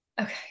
okay